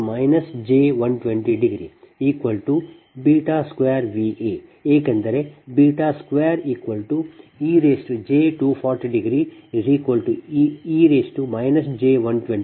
ಇದರರ್ಥ VbVae j1202Va ಏಕೆಂದರೆ 2ej240e j120